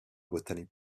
botany